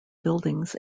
buildings